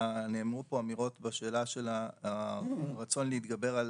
נאמרו פה אמירות בשאלה של הרצון להתגבר על